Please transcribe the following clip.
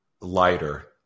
lighter